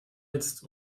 jetzt